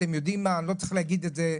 אתם יודעים אני לא צריך להגיד את זה,